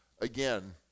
Again